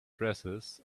dresses